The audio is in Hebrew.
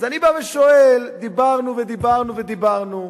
אז אני בא ושואל: דיברנו ודיברנו ודיברנו,